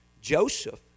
Joseph